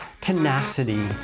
tenacity